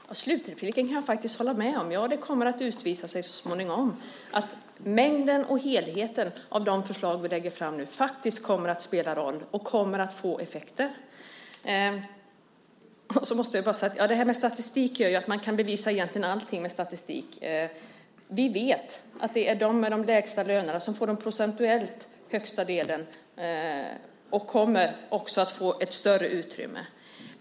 Herr talman! Slutrepliken kan jag faktiskt hålla med om. Det kommer att visa sig så småningom att mängden och helheten av de förslag vi nu lägger fram faktiskt kommer att spela roll och kommer att få effekter. Jag måste bara säga att med statistik kan man egentligen bevisa allting. Vi vet att det är de med de lägsta lönerna som får den procentuellt högsta delen, och de kommer också att få ett större utrymme.